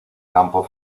campo